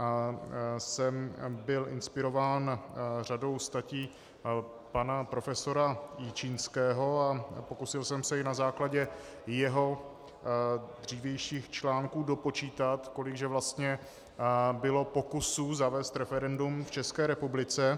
Tady jsem byl inspirován řadou statí pana profesora Jičínského a pokusil jsem se i na základě jeho dřívějších článků dopočítat, kolik že vlastně bylo pokusů zavést referendum v České republice.